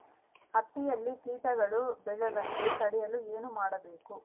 ಹತ್ತಿಯಲ್ಲಿ ಕೇಟಗಳು ಬೇಳದಂತೆ ತಡೆಯಲು ಏನು ಮಾಡಬೇಕು?